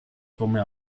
come